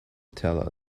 tell